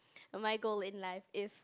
my goal in life is